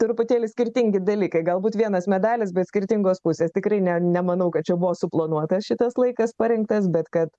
truputėlį skirtingi dalykai galbūt vienas medalis bet skirtingos pusės tikrai ne nemanau kad čia buvo suplanuotas šitas laikas parinktas bet kad